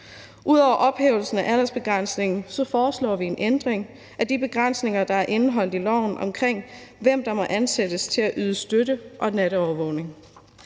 Ud over ophævelsen af aldersbegrænsningen foreslår vi en ændring af de begrænsninger, der er indeholdt i loven, af, hvem der må ansættes til at yde støtte og natovervågning.